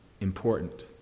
important